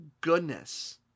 goodness